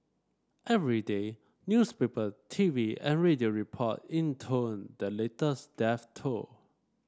every day newspaper T V and radio report intoned the latest death toll